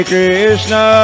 Krishna